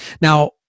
Now